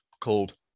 called